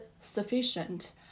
sufficient